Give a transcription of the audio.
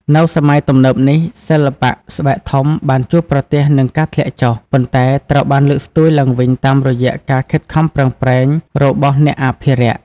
នៅសម័យទំនើបនេះ សិល្បៈស្បែកធំបានជួបប្រទះនឹងការធ្លាក់ចុះ ប៉ុន្តែត្រូវបានលើកស្ទួយឡើងវិញតាមរយៈការខិតខំប្រឹងប្រែងរបស់អ្នកអភិរក្ស។